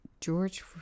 George